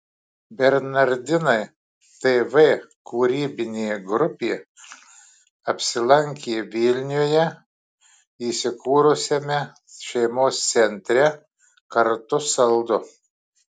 bernardinai tv kūrybinė grupė apsilankė vilniuje įsikūrusiame šeimos centre kartu saldu